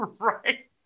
Right